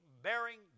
Bearing